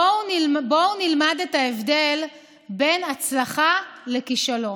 בואו נלמד את ההבדל בין הצלחה לכישלון.